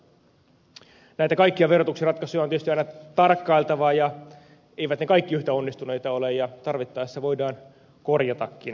näitä kaikkia verotuksen ratkaisuja on tietysti aina tarkkailtava ja eivät ne kaikki yhtä onnistuneita ole ja tarvittaessa voidaan korjatakin niitä